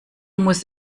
muss